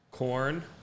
corn